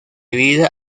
vida